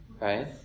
Right